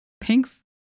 Thanks